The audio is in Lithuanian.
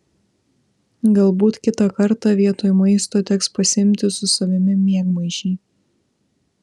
galbūt kitą kartą vietoj maisto teks pasiimti su savimi miegmaišį